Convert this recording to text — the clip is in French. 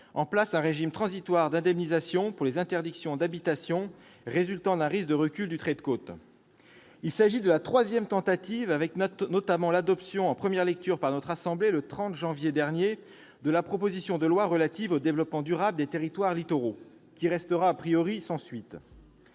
en place un régime transitoire d'indemnisation pour les interdictions d'habitation résultant d'un risque de recul du trait de côte. Il s'agit de la troisième tentative avec, notamment, l'adoption en première lecture par notre assemblée, le 30 janvier dernier, de la proposition de loi relative au développement durable des territoires littoraux, qui restera sans suite.